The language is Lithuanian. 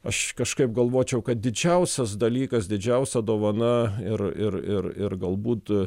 aš kažkaip galvočiau kad didžiausias dalykas didžiausia dovana ir ir ir ir galbūt